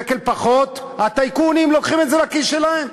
שקל פחות, הטייקונים לוקחים את זה לכיס שלהם,